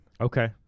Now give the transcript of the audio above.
okay